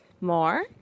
more